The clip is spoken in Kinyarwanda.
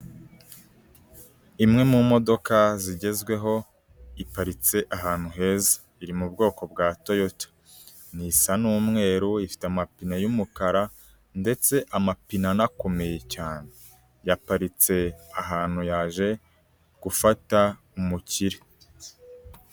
Imwe mu modoka zigezweho iparitse ahantu heza, iri mu bwoko bwa toyota. Isa n'umweru, ifite amapine y'umukara, ndetse amapine anakomeye cyane, yaparitse ahantu yaje gufata umukire.